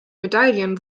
medaillen